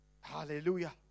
Hallelujah